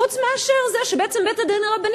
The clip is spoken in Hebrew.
חוץ מאשר זה שבעצם בית-הדין הרבני